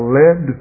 led